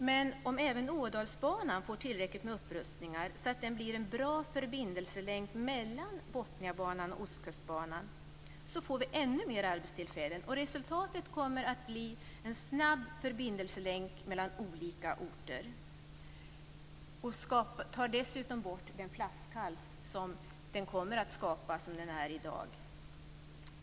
Men om även Ådalsbanan får tillräckligt med upprustningspengar så att den blir en bra förbindelselänk mellan Botniabanan och Ostkustbanan får vi ännu mer arbetstillfällen. Resultatet kommer att bli en snabb förbindelselänk mellan olika orter, och vi får dessutom bort den flaskhals som kommer att skapas som det är nu.